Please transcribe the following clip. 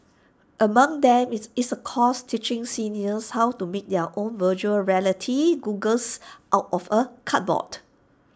among them is is A course teaching seniors how to make their own Virtual Reality goggles out of A cardboard